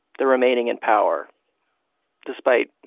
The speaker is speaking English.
the remaining in power despite,